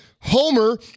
Homer